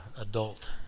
adult